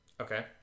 Okay